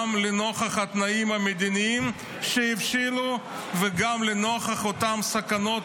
גם לנוכח התנאים המדיניים שהבשילו וגם לנוכח אותן סכנות